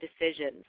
decisions